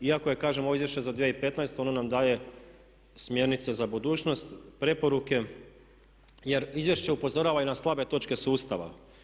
Iako je kažem ovo izvješće za 2015.ono nam daje smjernice za budućnost, preporuke jer izvješće upozorava i na slabe točke sustava.